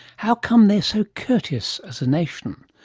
how come they're so courteous as a nation?